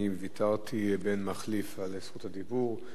אני ויתרתי באין מחליף על זכות הדיבור.